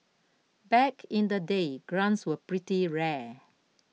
back in the day grants were pretty rare